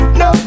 no